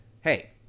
hey